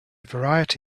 variety